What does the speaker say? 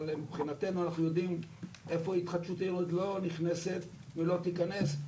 אבל מבחינתנו אנחנו יודעים איפה התחדשות עירונית לא נכנסת ולא תיכנס.